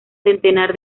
centenar